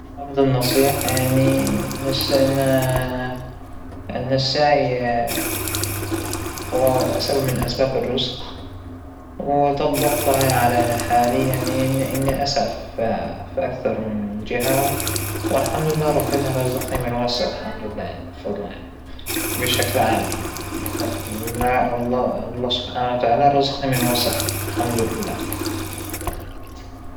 أفضل نصيحة تلقيتها أنه هونى عاحالك، ما تاخذى المواضيع وتكبريها، خذى كل موضوع بحجمه، هونى عاحالك منشان صحتك، هاى كانت أفضل نصيحة، شى شخص حكاها لإلى، كيف طبقتها فورا، طبقتها على كل المشاكل اللى مريت بيها بحياتى بشغلى ببيتى، طبعاً كان لها أثر إيجابى.